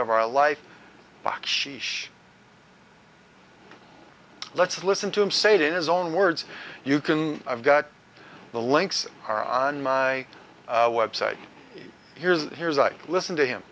of our life back sheesh let's listen to him say it in his own words you can i've got the links are on my website here's here's a listen to him